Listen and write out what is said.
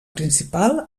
principal